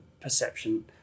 perception